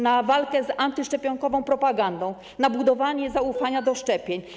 na walkę z antyszczepionkową propagandą, na budowanie zaufania do szczepień.